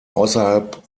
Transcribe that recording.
außerhalb